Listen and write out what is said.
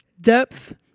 depth